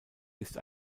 ist